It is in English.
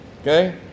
Okay